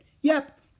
Yep